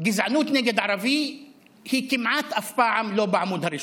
גזענות נגד ערבי היא כמעט אף פעם לא בעמוד הראשון.